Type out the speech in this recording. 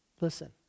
Listen